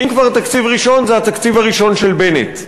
אם כבר תקציב ראשון, זה התקציב הראשון של בנט.